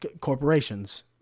corporations